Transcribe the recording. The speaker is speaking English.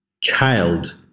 child